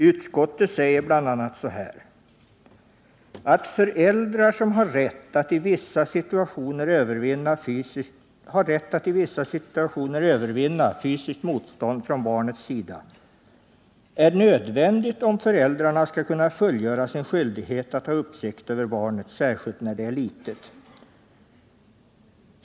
Utskottet skriver bl.a. följande: ” Att föräldrar har rätt att i vissa situationer övervinna fysiskt motstånd från barnets sida är nödvändigt om föräldrarna skall kunna fullgöra sin skyldighet att ha uppsikt över barnet, särskilt när det är litet.